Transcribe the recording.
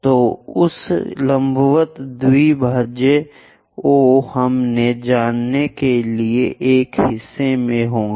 तो उस लंबवत द्विभाजक O हम जानने के लिए एक हिस्से में होंगे